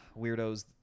Weirdos